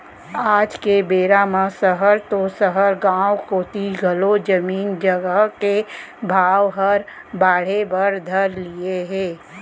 आज के बेरा म सहर तो सहर गॉंव कोती घलौ जमीन जघा के भाव हर बढ़े बर धर लिये हे